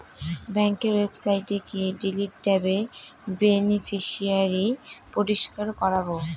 ব্যাঙ্কের ওয়েবসাইটে গিয়ে ডিলিট ট্যাবে বেনিফিশিয়ারি পরিষ্কার করাবো